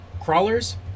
crawlers